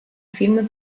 film